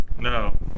No